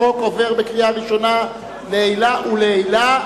החוק עובר בקריאה ראשונה לעילא ולעילא,